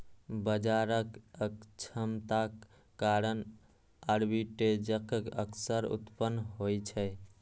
बाजारक अक्षमताक कारण आर्बिट्रेजक अवसर उत्पन्न होइ छै